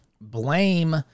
blame